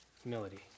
humility